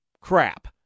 crap